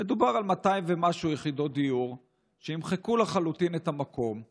מדובר על 200 ומשהו יחידות דיור שימחקו לחלוטין את המקום.